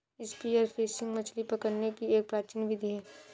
spear fishing मछली पकड़ने की एक प्राचीन विधि है